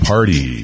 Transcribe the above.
Party